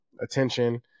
attention